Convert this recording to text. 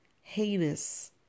heinous